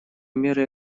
меры